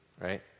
right